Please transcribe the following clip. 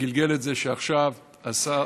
גלגל את זה שעכשיו השר